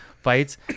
fights